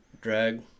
drag